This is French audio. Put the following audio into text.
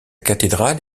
cathédrale